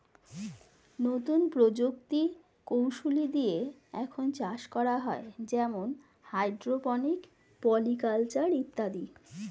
নতুন প্রযুক্তি কৌশলী দিয়ে এখন চাষ করা হয় যেমন হাইড্রোপনিক, পলি কালচার ইত্যাদি